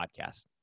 Podcast